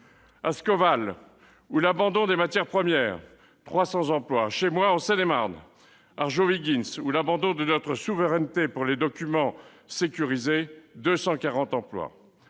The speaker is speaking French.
; Ascoval, ou l'abandon des matières premières : 300 emplois ; chez moi, en Seine-et-Marne, Arjowiggins, ou l'abandon de notre souveraineté pour les documents sécurisés : 240 emplois